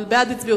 אבל בעד,